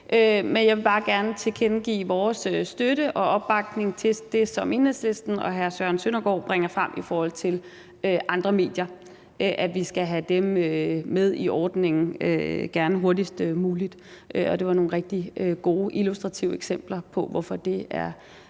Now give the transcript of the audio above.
set bare gerne tilkendegive vores støtte og opbakning til det, som Enhedslisten og hr. Søren Søndergaard bringer frem i forhold til andre medier, altså at vi skal have dem med i ordningen og gerne hurtigst muligt. Det var nogle rigtig gode, illustrative eksempler på, hvorfor det er